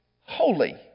holy